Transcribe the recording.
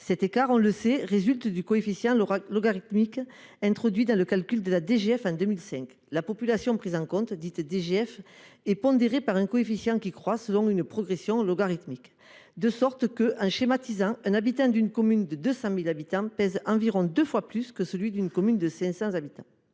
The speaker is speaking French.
cet écart résulte du coefficient logarithmique introduit dans le calcul de la DGF en 2005. La population prise en compte, dite « population DGF », est pondérée par un coefficient qui croît selon une progression logarithmique, de sorte que, en schématisant, un résident d'une commune de 200 000 habitants pèse environ deux fois plus que celui d'une commune de 500 habitants.